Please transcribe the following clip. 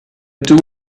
two